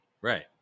right